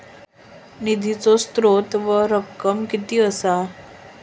निधीचो स्त्रोत व रक्कम कीती असा?